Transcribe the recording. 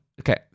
Okay